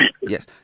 Yes